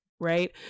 Right